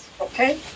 okay